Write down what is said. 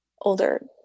older